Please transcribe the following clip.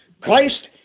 Christ